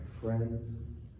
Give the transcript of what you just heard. friends